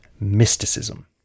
mysticism